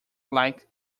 like